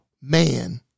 man